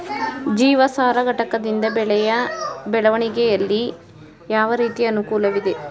ಜೀವಸಾರ ಘಟಕದಿಂದ ಬೆಳೆಯ ಬೆಳವಣಿಗೆಯಲ್ಲಿ ಯಾವ ರೀತಿಯ ಅನುಕೂಲವಿದೆ?